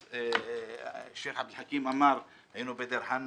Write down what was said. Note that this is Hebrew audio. אז שייח' עבד אל חכים אמר: היינו בדיר חנא,